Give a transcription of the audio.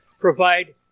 provide